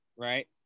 Right